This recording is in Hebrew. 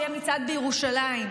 כשיהיה מצעד בירושלים.